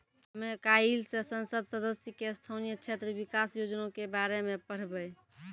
हमे काइल से संसद सदस्य के स्थानीय क्षेत्र विकास योजना के बारे मे पढ़बै